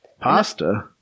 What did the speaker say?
Pasta